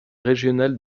régionales